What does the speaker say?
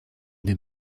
den